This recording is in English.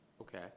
Okay